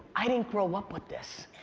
i didn't grow up with this.